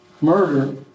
Murder